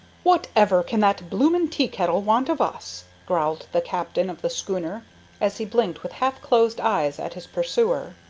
whatever can that bloomin' teakettle want of us? growled the captain of the schooner as he blinked with half-closed eyes at his pursuer.